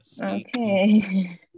Okay